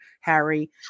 Harry